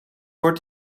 wordt